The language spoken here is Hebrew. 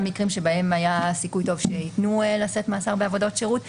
מקרים בהם היה סיכוי טוב שייתנו עבודות שירות.